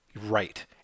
Right